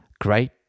Great